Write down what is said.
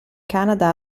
canada